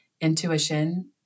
intuition